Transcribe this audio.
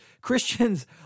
Christians